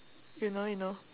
you know you know